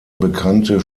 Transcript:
bekannte